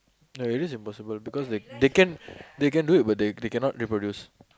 ya it is impossible because they can they can do it but they cannot reproduce